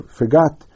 forgot